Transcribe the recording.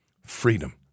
Freedom